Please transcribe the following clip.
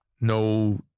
no